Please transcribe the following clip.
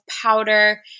powder